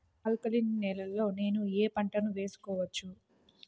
Alkaline నేలలో నేనూ ఏ పంటను వేసుకోవచ్చు?